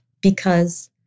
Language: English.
because-